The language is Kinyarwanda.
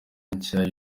nshya